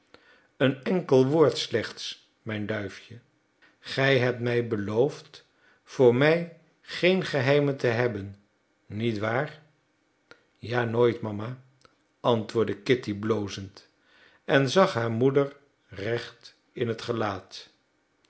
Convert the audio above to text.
een enkel woord slechts mijn duifje gij hebt mij beloofd voor mij geen geheimen te hebben niet waar ja nooit mama antwoordde kitty blozend en zag haar moeder recht in het gelaat